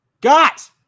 Got